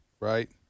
Right